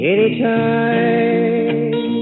Anytime